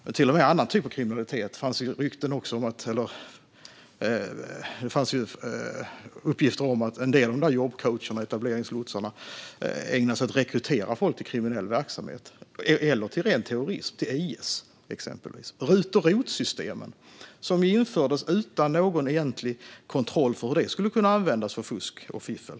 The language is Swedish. Det fanns till och med rykten om annan typ av kriminalitet; det fanns uppgifter om att jobbcoacherna och etableringslotsarna ägnade sig åt att rekrytera folk till kriminell verksamhet - eller till ren terrorism, exempelvis IS. Det gäller även RUT och ROT-systemen, som infördes utan någon egentlig kontroll av hur de skulle kunna användas för fusk och fiffel.